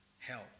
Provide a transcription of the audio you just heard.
Help